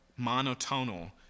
monotonal